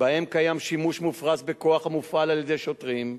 שבהם קיים שימוש מופרז בכוח המופעל על-ידי שוטרים,